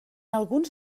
alguns